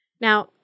Now